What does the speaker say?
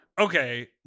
Okay